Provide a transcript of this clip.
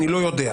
אני לא יודע,